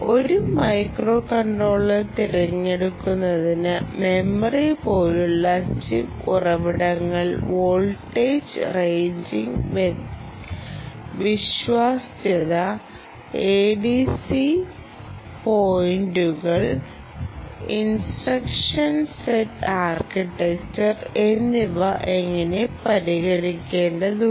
ഒരു മൈക്രോകൺട്രോളർ തിരഞ്ഞെടുക്കുന്നതിന് മെമ്മറി പോലുള്ള ചിപ്പ് ഉറവിടങ്ങളിൽ വോൾട്ടേജ് റെയിഞ്ച് വിശ്വാസ്യത എഡിസി പോയിന്റുകൾ ഇൻസ്ട്രക്ഷൻ സെറ്റ് ആർക്കിടെക്ചർ എന്നിവ ഞങ്ങൾ പരിഗണിക്കേണ്ടതുണ്ട്